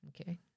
Okay